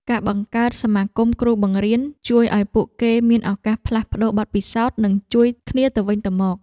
ការបង្កើតសមាគមគ្រូបង្រៀនជួយឱ្យពួកគាត់មានឱកាសផ្លាស់ប្តូរបទពិសោធន៍និងជួយគ្នាទៅវិញទៅមក។